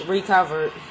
Recovered